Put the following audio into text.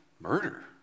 murder